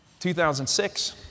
2006